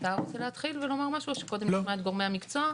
אתה רוצה להתחיל ולומר משהו או שקודם נשמע את גורמי המקצוע?